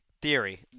Theory